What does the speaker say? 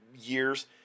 years